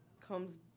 comes